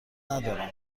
ندارم